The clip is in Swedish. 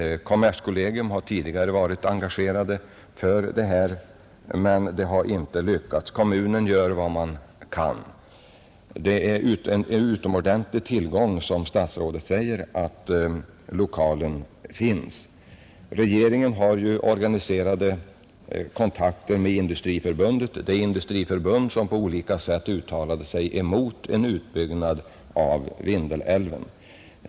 Kommerskollegium har tidigare engagerat sig härför men inte lyckats. Kommunen gör vad den kan. Som statsrådet säger är det en utomordentlig tillgång att lokalen finns. Regeringen har ju organiserade kontakter med Industriförbundet — det Industriförbund som på olika sätt uttalade sig emot en utbyggnad av Vindelälven.